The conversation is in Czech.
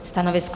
Stanovisko?